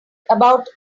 about